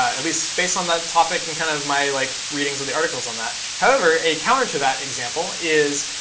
at least based on that topic and kind of my like readings of the articles on that. however, a counter to that example is,